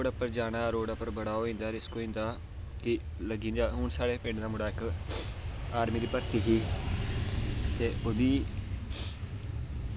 इंया रोड़ पर जाना ते रोड़ पर बड़ा रिस्क होई जंदा की लग्गी पेआ हून साढ़े पिंड दा मुड़ा इक्क आर्मी च भरथी ही ते ओह्दी